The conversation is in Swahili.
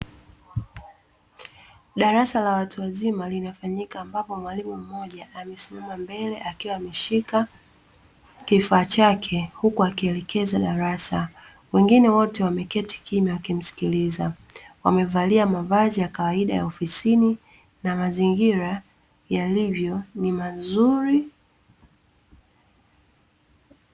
Darasa la watu wazima linafanyika ambapo mwalimu mmoja amesimama mbele akiwa ameshika kifaa chake huku akielekeza darasa. Wengine wote wameketi kimya wakimsikiliza. Wamevalia mavazi ya kawaida ya ofisini, na mazingira yalivyo ni mazuri.